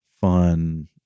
fun